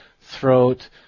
throat